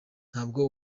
ntabwo